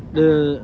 (uh huh)